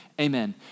Amen